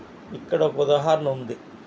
ఇక్కడ ఒక ఉదాహరణ ఉంది